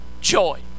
joy